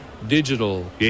Digital